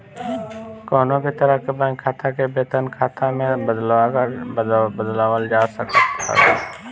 कवनो भी तरह के बैंक खाता के वेतन खाता में बदलवावल जा सकत हवे